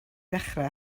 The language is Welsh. dechrau